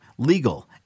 Legal